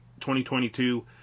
2022